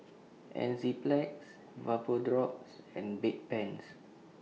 Enzyplex Vapodrops and Bedpans